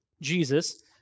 Jesus